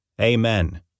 Amen